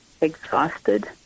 exhausted